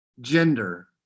gender